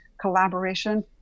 collaboration